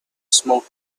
smoke